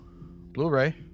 Blu-ray